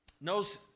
knows